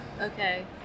Okay